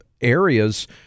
areas